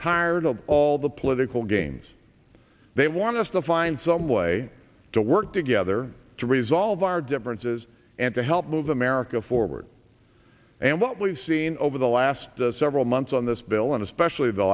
tired of all the political games they want us to find some way to work together to resolve our differences and to help move america forward and what we've seen over the last several months on this bill and especially the